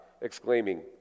exclaiming